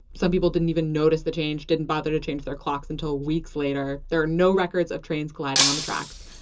some people didn't even notice the change, didn't bother to change their clocks until weeks later. there are no records of trains colliding on the tracks.